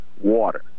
water